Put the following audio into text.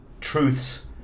truths